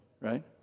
right